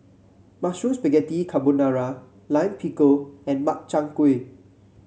Mushroom Spaghetti Carbonara Lime Pickle and Makchang Gui